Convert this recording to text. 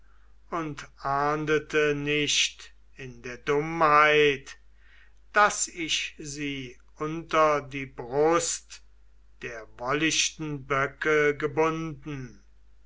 und ahndete nicht in der dummheit daß ich sie unter die brust der wollichten böcke gebunden